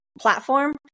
platform